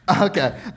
Okay